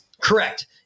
Correct